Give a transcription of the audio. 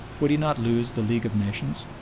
would he not lose the league of nations?